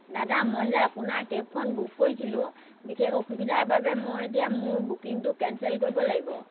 দাদা মই যে আপোনাৰ কেবখন বুক কৰিছিলোঁ বিশেষ অসুবিধাৰ বাবে মই এতিয়া মোৰ বুকিংটো কেনচেল কৰিব লাগিব